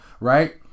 right